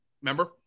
Remember